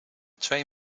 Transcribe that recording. twee